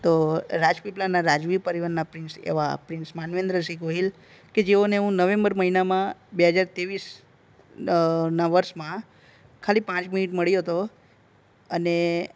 તો રાજપીપળાના રાજવી પરિવારના પ્રિન્સ એવા પ્રિન્સ માનવેંદ્રસિંહ ગોહિલ કે જેઓને હું નવેમ્બર મહિનામાં બે હજાર ત્રેવીસ ના વર્ષમાં ખાલી પાંચ મિનિટ મળ્યો હતો અને